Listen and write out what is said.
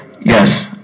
Yes